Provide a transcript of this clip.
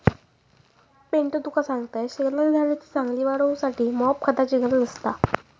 पिंटू तुका सांगतंय, शेगलाच्या झाडाची चांगली वाढ होऊसाठी मॉप खताची गरज असता